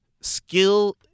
skill